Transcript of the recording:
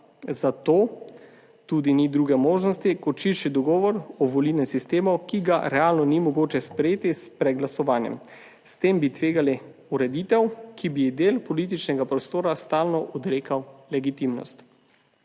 zato tudi ni druge možnosti kot širši dogovor o volilnem sistemu, ki ga realno ni mogoče sprejeti s preglasovanjem. S tem bi tvegali ureditev, ki bi del političnega prostora stalno odrekal legitimnost.